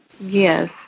yes